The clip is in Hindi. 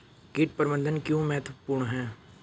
कीट प्रबंधन क्यों महत्वपूर्ण है?